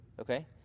okay